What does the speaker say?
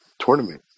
tournament